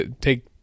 take